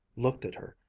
looked at her,